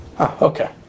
Okay